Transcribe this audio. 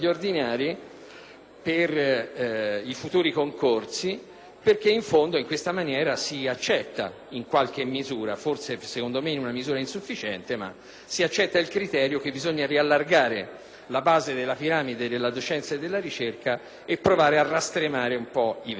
nei futuri concorsi, perché, in fondo, in questa maniera si accetta in qualche misura, secondo me insufficiente, il criterio secondo il quale occorre riallargare la base della piramide della docenza e della ricerca e provare a rastremare un po' i vertici.